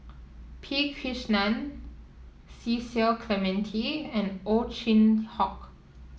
P Krishnan Cecil Clementi and Ow Chin Hock